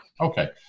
Okay